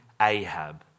Ahab